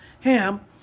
Ham